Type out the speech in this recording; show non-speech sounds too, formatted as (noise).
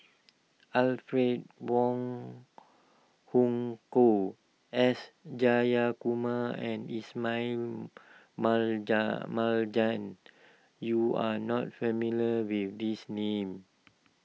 Alfred Wong Hong Kwok S Jayakumar and Ismail (unintelligible) Marjan you are not familiar with these names